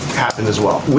happened as well.